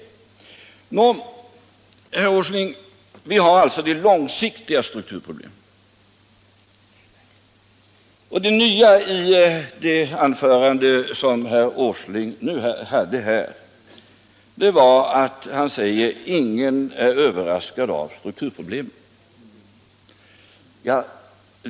Vi har alltså långsiktiga strukturproblem. Det nya i det anförande som herr Åsling nu höll var att han sade att ingen är överraskad av strukturproblemen.